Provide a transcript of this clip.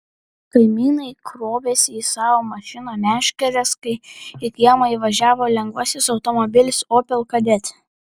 kaimynai krovėsi į savo mašiną meškeres kai į kiemą įvažiavo lengvasis automobilis opel kadett